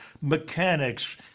mechanics